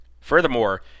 Furthermore